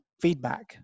feedback